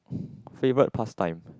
favorite pastime